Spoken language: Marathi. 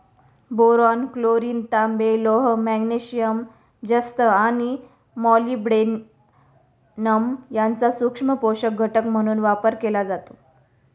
बोरॉन, क्लोरीन, तांबे, लोह, मॅग्नेशियम, जस्त आणि मॉलिब्डेनम यांचा सूक्ष्म पोषक घटक म्हणून वापर केला जातो